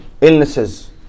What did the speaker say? illnesses